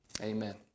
Amen